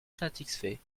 satisfaits